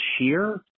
Shear